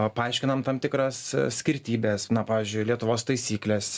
paaiškinam tam tikras skirtybes na pavyzdžiui lietuvos taisyklės